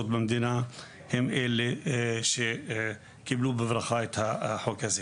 במדינה הם אלה שקיבלו בברכה את החוק הזה.